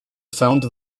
founded